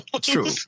true